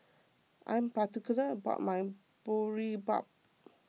I am particular about my Boribap